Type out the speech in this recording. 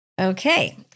Okay